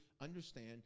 understand